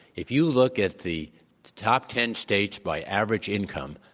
if you look at the top ten states by average income,